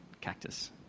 cactus